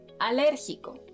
alérgico